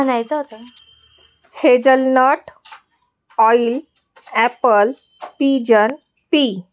म्हणायचं का hazelnut oil apple pigeon P